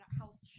house